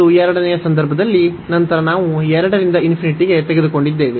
ಮತ್ತು ಎರಡನೆಯ ಸಂದರ್ಭದಲ್ಲಿ ನಂತರ ನಾವು 2 ರಿಂದ ಗೆ ತೆಗೆದುಕೊಂಡಿದ್ದೇವೆ